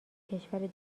کشور